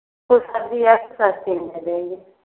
कुछ सब्ज़ी और सस्ती में देंगे